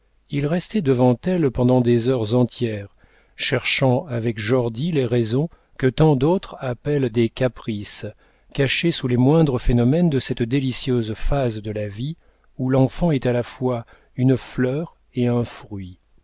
il restait devant elle pendant des heures entières cherchant avec jordy les raisons que tant d'autres appellent des caprices cachées sous les moindres phénomènes de cette délicieuse phase de la vie où l'enfant est à la fois une fleur et un fruit